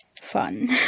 fun